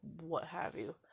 what-have-you